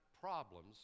problems